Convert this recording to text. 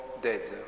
dead